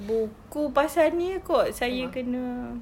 buku pasal ini lah kot saya kena